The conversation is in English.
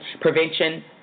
Prevention